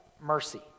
mercy